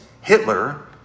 Hitler